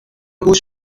گوش